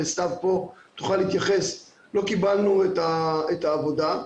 וסתיו פה תוכל להתייחס לא קיבלנו את העבודה.